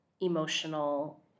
emotional